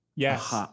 yes